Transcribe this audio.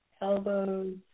Elbows